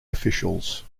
officials